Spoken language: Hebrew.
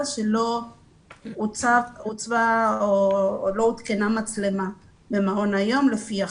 מאחר שעוד לא הותקנה מצלמה במעון היום לפי החוק.